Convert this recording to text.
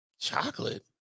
Chocolate